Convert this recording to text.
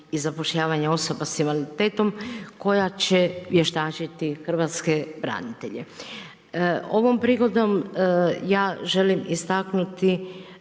i zapošljavanje osoba sa invaliditetom koja će vještačiti hrvatske branitelje. Ovom prigodom ja želim istaknuti